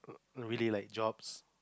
no really like jobs